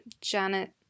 Janet